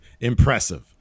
impressive